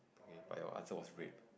okay but your answer was rape